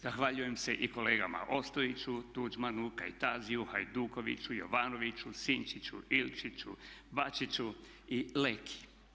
Zahvaljujem se i kolegama Ostojiću, Tuđmanu, Kajtaziju, Hajdukoviću, Jovanoviću, Sinčiću, Ilčiću, Bačiću i Leki.